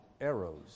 arrows